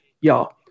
y'all